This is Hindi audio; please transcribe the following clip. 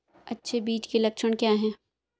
अच्छे बीज के लक्षण क्या हैं?